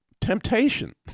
temptation